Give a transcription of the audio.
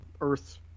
earth